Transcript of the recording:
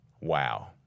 Wow